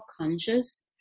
conscious